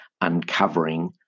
uncovering